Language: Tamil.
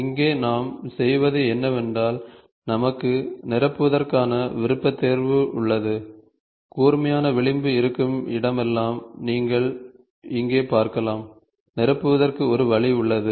இங்கே நாம் செய்வது என்னவென்றால் நமக்கு நிரப்புவதற்கான விருப்பத்தேர்வு உள்ளது கூர்மையான விளிம்பு இருக்கும் இடமெல்லாம் நீங்கள் இங்கே பார்க்கலாம் நிரப்புவதற்கு ஒரு வழி உள்ளது